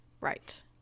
Right